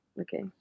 Okay